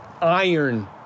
iron